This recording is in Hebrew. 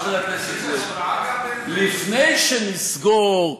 חבר הכנסת גואטה: לפני שנסגור,